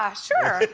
ah sure.